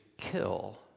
kill